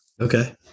Okay